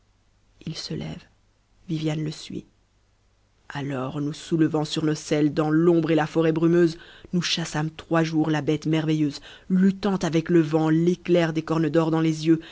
alors nous soulevant sur nos selles dans l'ombre et la forêt brumeuse nous chassâmes trois jours la bête merveilleuse luttant avec le vent l'éclair des cornes d'or dans les yeux